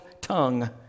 tongue